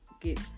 get